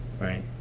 Right